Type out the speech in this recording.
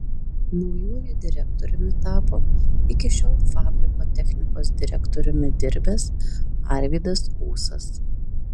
naujuoju direktoriumi tapo iki šiol fabriko technikos direktoriumi dirbęs arvydas ūsas